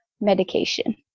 medication